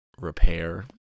repair